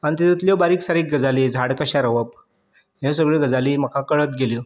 आनी तितूंतल्यो बारीक सारीक गजाली झाड कशें रोंवप ह्यो सगल्यो गजाली म्हाका कळत गेल्यो